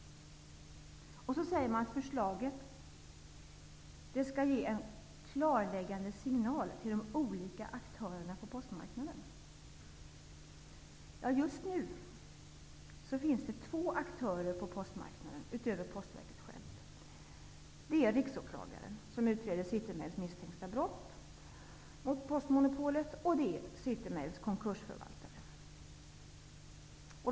Vidare säger man att förslaget skall ''ge en klarläggande signal till de olika aktörerna på postmarknaden''. Just nu finns det två aktörer på postmarknaden utöver Postverket självt, nämligen riksåklagaren, som utreder City Mails misstänkta brott mot postmonopolet, samt City Mails konkursförvaltare.